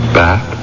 back